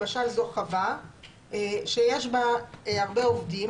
למשל, זו חווה שיש בה הרבה עובדים.